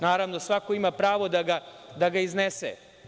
Naravno, svako ima pravo da ga iznese.